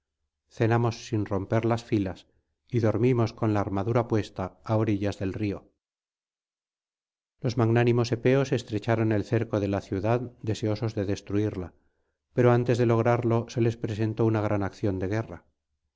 cenamos sin romper las filas y dormimos con la armadura puesta á orillas del río los magnánimos epeos estrechaban el cerco de la ciudad deseosos de destruirla pero antes de lograrlo se les presentó una gran acción de guerra